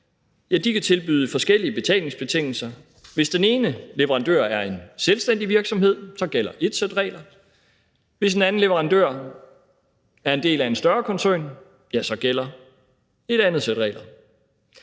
kan tilbyde forskellige betalingsbetingelser. Hvis den ene leverandør er en selvstændig virksomhed, gælder ét sæt regler. Hvis en anden leverandør er en del af en større koncern, gælder et andet sæt regler.